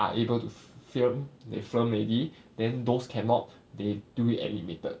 are able to f~ film they film already then those cannot they do it animated